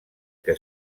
que